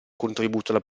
contributo